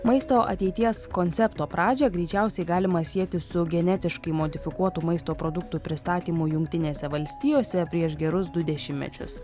maisto ateities koncepto pradžią greičiausiai galima sieti su genetiškai modifikuotų maisto produktų pristatymu jungtinėse valstijose prieš gerus du dešimtmečius